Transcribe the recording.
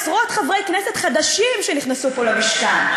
עשרות חברי כנסת חדשים שנכנסו פה למשכן.